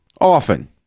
Often